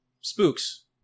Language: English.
Spooks